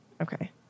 Okay